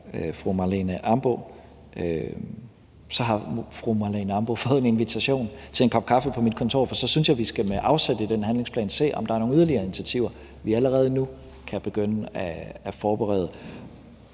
har fru Marlene Ambo-Rasmussen fået en invitation til en kop kaffe på mit kontor? For så synes jeg, at vi med afsæt i den handlingsplan skal se, om der er nogle yderligere initiativer, vi allerede nu kan begynde at forberede.